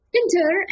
Enter